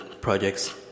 projects